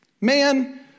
man